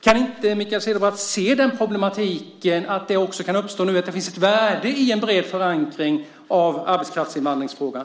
Kan inte Mikael Cederbratt se den problematiken, att den också kan uppstå nu och att det finns ett värde i en bred förankring av arbetskraftsinvandringsfrågan?